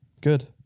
Good